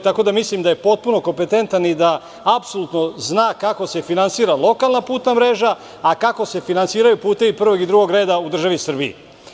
Tako da mislim da je potpuno kompetentan i da apsolutno zna kako se finansira lokalna putna mreža a kako se finansiraju putevi prvog i drugo reda u državi Srbiji.